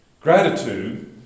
Gratitude